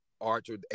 Archer